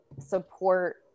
support